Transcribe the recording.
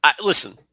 Listen